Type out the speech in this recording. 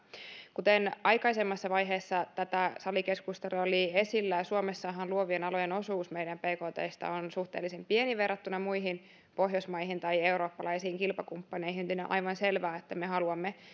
kuten aikaisemmassa vaiheessa tätä salikeskustelua oli esillä suomessahan luovien alojen osuus meidän bktstä on suhteellisen pieni verrattuna muihin pohjoismaihin tai eurooppalaisiin kilpakumppaneihin joten on aivan selvää että me haluamme